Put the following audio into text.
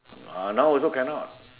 now also cannot